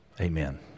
Amen